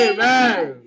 Amen